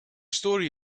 story